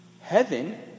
Heaven